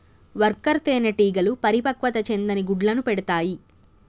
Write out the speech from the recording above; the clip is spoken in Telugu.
వర్కర్ తేనెటీగలు పరిపక్వత చెందని గుడ్లను పెడతాయి